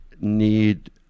need